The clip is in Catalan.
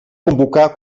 convocar